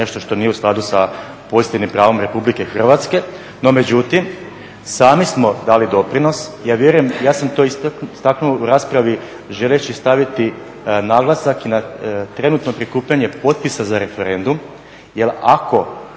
nešto što nije u skladu s pozitivnim pravom RH, no međutim sami smo dali doprinos. Ja vjerujem, ja sam to istaknuo u raspravi želeći staviti naglasak na trenutno prikupljanje potpisa za referendum jer ako